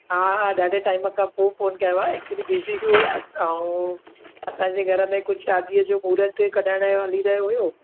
हा हा ॾाढे टाइम खां पोइ फोन कयो आहे एक्चुली बिज़ी बि हुयसि ऐं असांजे घर में कुझु शादीअ जो मुहुरत कढाइण जो हली रहियो हुयो